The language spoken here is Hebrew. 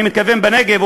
אני מתכוון בנגב,